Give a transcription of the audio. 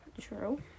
True